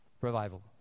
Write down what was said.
revival